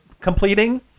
completing